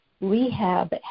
rehab